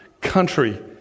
country